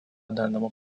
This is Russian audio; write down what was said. данному